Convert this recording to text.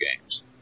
games